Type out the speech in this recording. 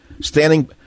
standing